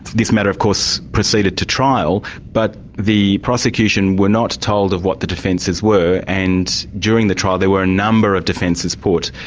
this matter of course proceeded to trial, but the prosecution were not told of what the defences were, and during the trial there were a number of defences put,